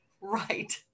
Right